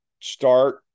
start –